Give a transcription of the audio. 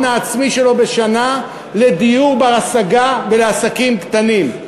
העצמי שלו בשנה לדיור בר-השגה ולעסקים קטנים.